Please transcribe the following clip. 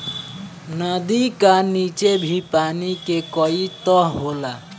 नदी का नीचे भी पानी के कई तह होला